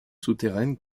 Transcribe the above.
souterraine